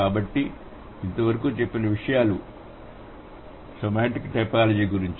కాబట్టి ఇంతవరకు చెప్పిన విషయాలు సెమాంటిక్ టైపోలాజీ గురించి